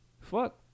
Fuck